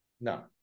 no